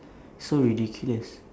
so ridiculous